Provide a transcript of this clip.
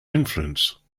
influence